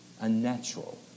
unnatural